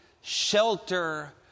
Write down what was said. shelter